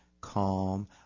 calm